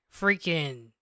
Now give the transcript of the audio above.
freaking